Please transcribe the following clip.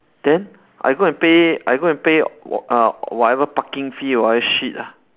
then I go and pay I go and pay uh whatever parking fee or whatever shit ah